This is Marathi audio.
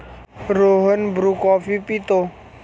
रोहन ब्रू कॉफी पितो